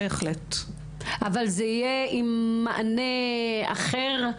זה יהיה עם מענה אחר?